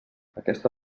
aquesta